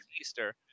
Easter